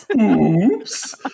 Oops